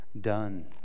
done